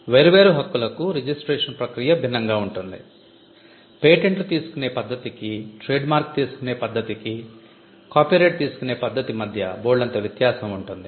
వేర్వేరు హక్కులకు రిజిస్ట్రేషన్ ప్రక్రియ భిన్నంగా ఉంటుంది పేటెంట్లు తీసుకునే పద్ధతికి ట్రేడ్మార్క్ తీసుకునే పద్ధతికి కాపీరైట్ తీసుకునే పద్ధతి మధ్య బోల్డంత వ్యత్యాసం ఉంటుంది